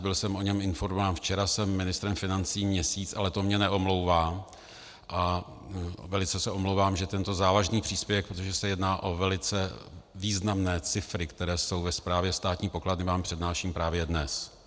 Byl jsem o něm informován včera, jsem ministrem financí měsíc, ale to mě neomlouvá a velice se omlouvám, že tento závažný příspěvek, protože se jedná o velice významné cifry, které jsou ve správě státní pokladny, vám přednáším právě dnes.